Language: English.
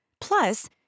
Plus